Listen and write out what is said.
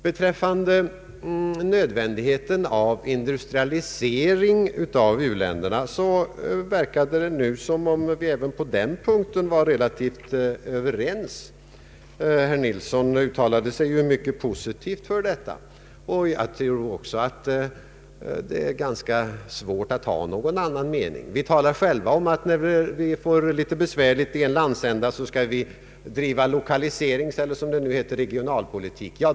Beträffande nödvändigheten av industrialisering av u-länderna verkade det som om vi även på denna punkt nu är relativt överens. Herr Nilsson uttalade sig mycket positivt för detta. Det är nog ganska svårt att ha någon annan mening. När vi själva får besvärligheter i en landsända talar vi om lokaliseringspolitik eller, som det nu heter, regionalpolitik.